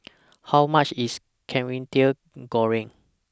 How much IS Kwetiau Goreng